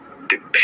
Depends